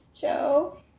Joe